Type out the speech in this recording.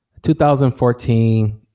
2014